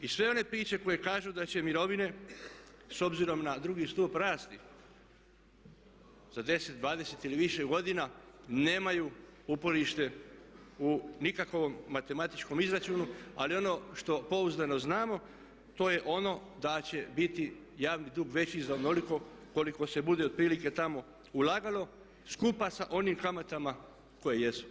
I sve one priče koje kažu da će mirovine s obzirom na drugi stup rasti za 10, 20 ili više godina nemaju uporište u nikakvom matematičkom izračunu ali ono što pouzdano znamo to je ono da će biti javni dug veći za onoliko koliko se bude otprilike tamo ulagalo skupa sa onim kamatama koje jesu.